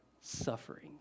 suffering